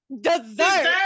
Dessert